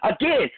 Again